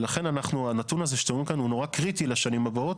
לכן הנתון הזה שאתם רואים כאן הוא נורא קריטי לשנים הבאות.